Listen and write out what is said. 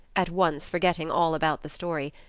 at once forgetting all about the story,